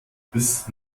bis